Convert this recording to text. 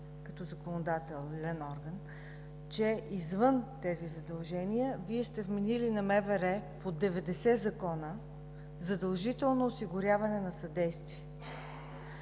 като законодателен орган, че извън тези задължения Вие сте вменили на МВР по 90 закона задължително осигуряване на съдействие!